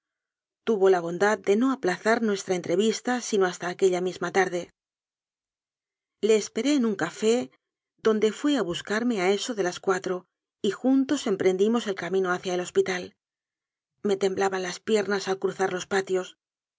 tuvo la bondad de no aplazar nuestra entrevista sino hasta aquella misma tarde le esperé en un café donde fué a buscarme a eso de las cuatro y juntos emprendimos el cami no hacia el hospital me temblaban las piernas al cruzar los patios